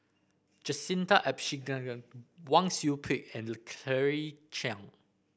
Jacintha Abisheganaden Wang Sui Pick and Claire Chiang